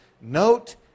Note